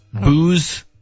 Booze